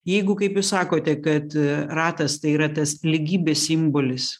jeigu kaip jūs sakote kad ratas tai yra tas lygybės simbolis